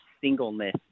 singleness